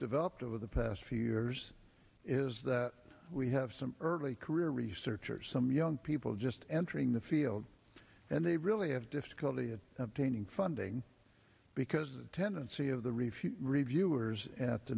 developed over the past few years is that we have some early career researchers some young people just entering the field and they really have difficulty in obtaining funding because the tendency of the reef reviewers at the